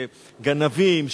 גנבים,